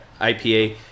IPA